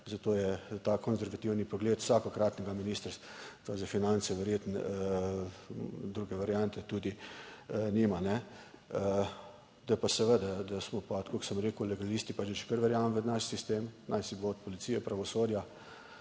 zato je ta konservativni pogled vsakokratnega Ministrstva za finance, verjetno druge variante tudi nima. Da pa seveda, da smo pa tako kot sem rekel, legalisti, pa že kar verjamem v naš sistem, naj si bo od policije pravosodja,